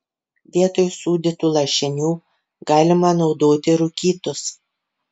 vietoj sūdytų lašinių galima naudoti rūkytus